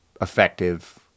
effective